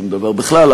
בכלל,